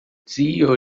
zio